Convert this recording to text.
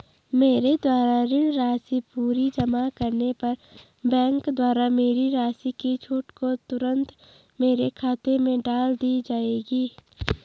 मेरे द्वारा ऋण राशि पूरी जमा करने पर बैंक द्वारा मेरी राशि की छूट को तुरन्त मेरे खाते में डाल दी जायेगी?